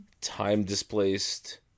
time-displaced